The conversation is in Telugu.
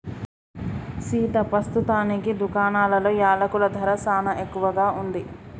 సీతా పస్తుతానికి దుకాణాలలో యలకుల ధర సానా ఎక్కువగా ఉంది